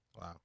Wow